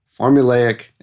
formulaic